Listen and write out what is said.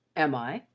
am i?